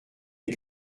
les